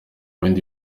bindi